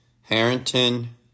Harrington